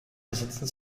besitzen